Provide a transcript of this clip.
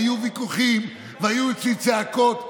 היו ויכוחים והיו אצלי צעקות,